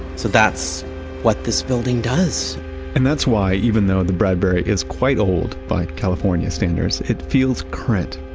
so that's what this building does and that's why even though the bradbury is quite old by california standards, it feels current.